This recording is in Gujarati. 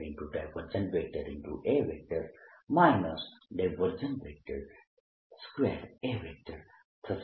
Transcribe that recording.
A 2A થશે